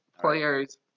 players